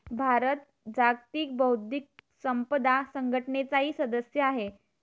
भारत जागतिक बौद्धिक संपदा संघटनेचाही सदस्य आहे